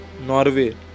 Norway